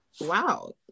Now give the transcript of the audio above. wow